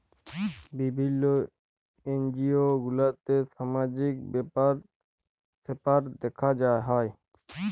বিভিল্য এনজিও গুলাতে সামাজিক ব্যাপার স্যাপার দ্যেখা হ্যয়